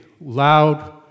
loud